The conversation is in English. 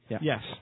Yes